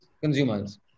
consumers